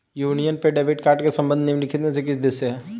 Union पे debit card का संबंध निम्नलिखित में से किस देश से है?